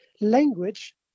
language